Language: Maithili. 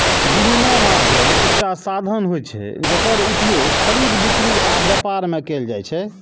विनिमय माध्यम एकटा साधन होइ छै, जेकर उपयोग खरीद, बिक्री आ व्यापार मे कैल जाइ छै